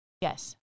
Yes